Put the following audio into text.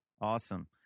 Awesome